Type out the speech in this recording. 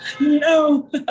No